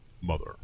mother